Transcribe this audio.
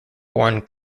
born